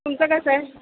तुमचं कसं आहे